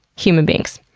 human beings.